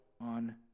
on